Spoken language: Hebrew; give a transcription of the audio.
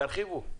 תרחיבו.